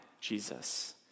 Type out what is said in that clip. Jesus